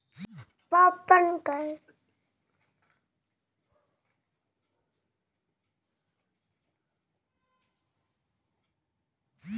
financing modelling ಅನ್ನೋದು ಒಂದು mathematical ಮಾಡಲಾಗಿದೆ